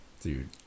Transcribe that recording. dude